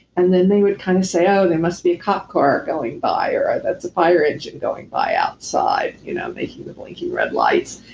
and then they would kind of say, oh, there must be cop car going by, or, that's a fire engine going by outside you know making the blinking red lights,